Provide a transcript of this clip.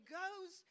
goes